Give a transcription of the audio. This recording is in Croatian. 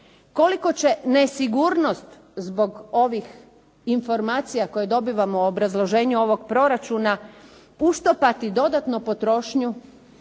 Koliko će nesigurnost zbog ovih informacija koje dobivamo u obrazloženju ovog proračuna uštopati dodatno potrošnju